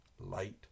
light